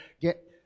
get